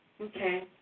Okay